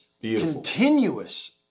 continuous